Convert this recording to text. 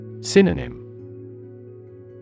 Synonym